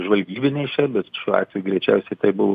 žvalgybiniai šiaip bet šiuo atveju greičiausiai tai buvo